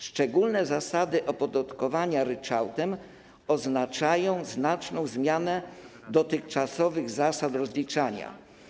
Szczególne zasady opodatkowania ryczałtem oznaczają znaczną zmianę dotychczasowych zasad rozliczania.